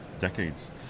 decades